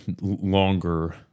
Longer